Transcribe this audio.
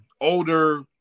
older